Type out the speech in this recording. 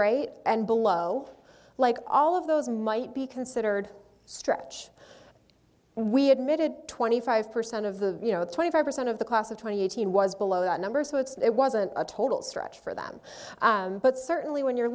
rate and below like all of those might be considered a stretch and we admitted twenty five percent of the you know twenty five percent of the class of twenty eighteen was below that number so it's it wasn't a total stretch for them but certainly when you're